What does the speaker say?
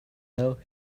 now